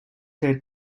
head